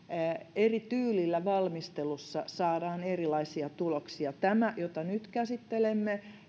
eri tyylillä valmistelussa saadaan erilaisia tuloksia tämä jota nyt käsittelemme